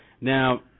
Now